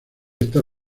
está